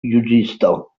juĝisto